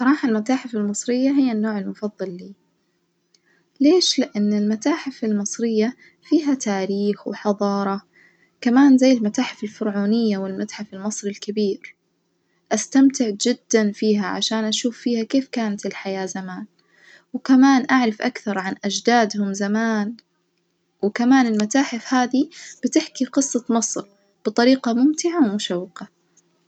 الصراحة المتاحف المصرية هو النوع المفظل لي، ليش؟ لإن المتاحف المصرية فيها تاريخ وحظارة كمان زي المتاحف الفرعونية والمتحف المصري الكبير أستمتع جدًا فيها عشان أشوف فيها كيف كانت الحياة زمان، كمان أعرف أكثر عن أجدادهم زمان وكمان المتحاف هذي بتحكي قصة مصر بطريقة مشوقة وممتعة.